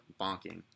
bonking